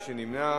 מי נמנע?